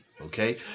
okay